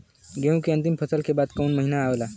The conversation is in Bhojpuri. गेहूँ के अंतिम फसल के बाद कवन महीना आवेला?